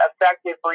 effectively